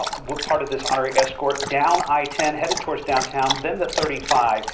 ah what part of this honor escort down i ten headed towards downtown than the thirty five.